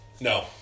No